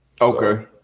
Okay